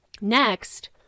Next